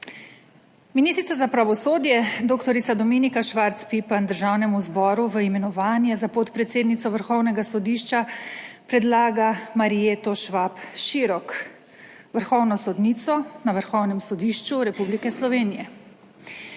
Ministrica za pravosodje dr. Dominika Švarc Pipan Državnemu zboru v imenovanje za podpredsednico Vrhovnega sodišča predlaga Marjeto Švab Širok, vrhovno sodnico na Vrhovnem sodišču Republike Slovenije.